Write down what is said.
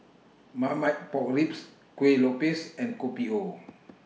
Marmite Pork Ribs Kueh Lopes and Kopi O